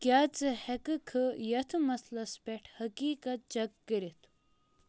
کیٛاہ ژٕ ہٮ۪کھٕکھہٕ یتھ مسلس پٮ۪ٹھ حقیٖقت چَک کٔرِتھ